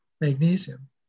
magnesium